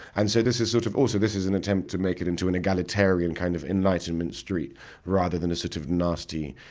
and so, this is sort of also this is an attempt to make it into an egalitarian kind of enlightenment street rather than a sort of nasty,